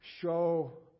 show